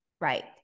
Right